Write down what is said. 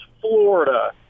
Florida